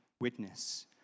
witness